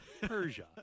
Persia